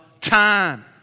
time